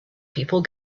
people